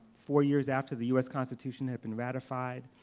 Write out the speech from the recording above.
four years after the us constitution had been ratified.